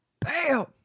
bam